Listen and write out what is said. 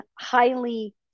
highly